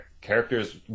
characters